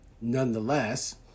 nonetheless